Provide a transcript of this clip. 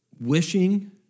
wishing